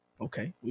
Okay